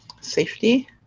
safety